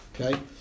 okay